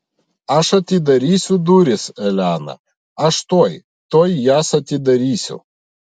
aš atidarysiu duris elena aš tuoj tuoj jas atidarysiu